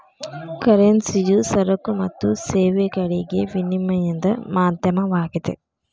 ಕರೆನ್ಸಿಯು ಸರಕು ಮತ್ತು ಸೇವೆಗಳಿಗೆ ವಿನಿಮಯದ ಮಾಧ್ಯಮವಾಗಿದೆ